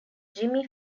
jimmy